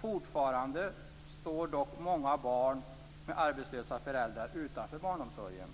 Fortfarande står dock många barn med arbetslösa föräldrar utanför barnomsorgen.